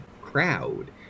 crowd